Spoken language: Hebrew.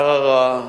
ערערה,